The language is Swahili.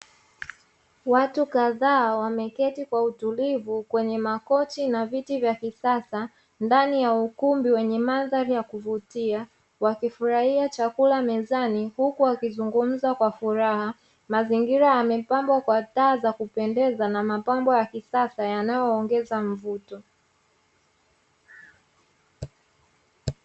Watu kadhaa wameketi kwa utilivu kwenye makochi na viti vya kisasa ndani ya ukumbi wenye mandhari ya kuvutia, wakifurahia chakula mezani, huku wakizungumza kwa furaha, mazingira wamepambwa kwa taa za kupendeza na mapambo ya kisasa yanayoongeza mvuto.